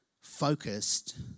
focused